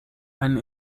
ein